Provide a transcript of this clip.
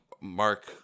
Mark